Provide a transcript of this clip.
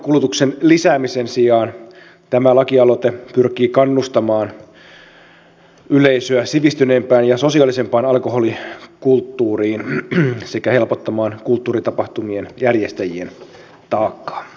alkoholinkulutuksen lisäämisen sijaan tämä lakialoite pyrkii kannustamaan yleisöä sivistyneempään ja sosiaalisempaan alkoholikulttuuriin sekä helpottamaan kulttuuritapahtumien järjestäjien taakkaa